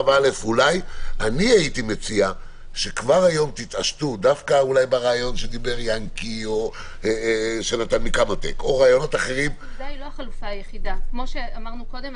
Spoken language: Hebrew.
סובה, אני מבקש דבר אחד: יש הרבה נושאים.